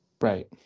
Right